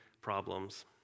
problems